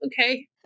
Okay